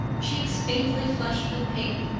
cheeks faintly flushed with pink,